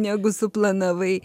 negu suplanavai